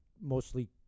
mostly